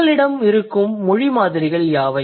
உங்களிடம் இருக்கும் மொழி மாதிரிகள் யாவை